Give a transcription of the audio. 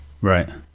right